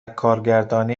کارگردانی